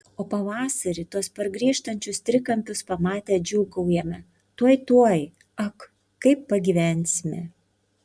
o pavasarį tuos pargrįžtančius trikampius pamatę džiūgaujame tuoj tuoj ak kaip pagyvensime